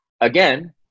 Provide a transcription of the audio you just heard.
again